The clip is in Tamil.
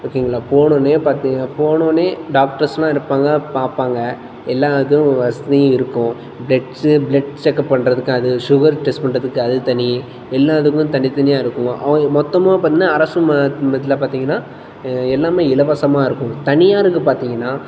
ஓகேங்களா போனோன்னயே பார்த்தீங்கன்னா போனோன்னயே டாக்டர்ஸுலாம் இருப்பாங்க பார்ப்பாங்க எல்லா இதுவும் வசதியும் இருக்கும் பெட்ஸு ப்ளட் செக்அப் பண்ணுறதுக்கு அது ஷுகர் டெஸ்ட் பண்ணுறதுக்கு அது தனி எல்லோத்துக்குமே தனித்தனியாக இருக்குமா அவங்க மொத்தமாக பார்த்தீங்கன்னா அரசு மா பெட்டில் பார்த்தீங்கன்னா எல்லாமே இலவசமாக இருக்கும் தனியாருக்கு பார்த்தீங்கன்னா